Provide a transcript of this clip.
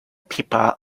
people